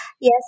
yes